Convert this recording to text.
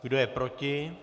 Kdo je proti?